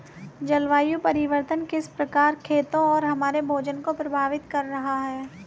जलवायु परिवर्तन किस प्रकार खेतों और हमारे भोजन को प्रभावित कर रहा है?